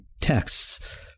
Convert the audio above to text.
texts